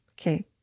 Okay